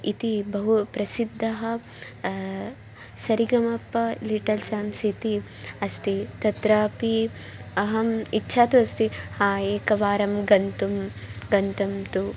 इति बहु प्रसिद्धः सारेगमप लिटल् चाम्प्स् इति अस्ति तत्रापि अहम् इच्छा तु अस्ति हा एकवारं गन्तुं गन्तुं तु